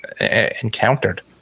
encountered